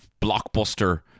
blockbuster